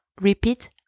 repeat